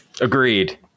Agreed